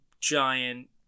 giant